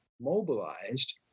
mobilized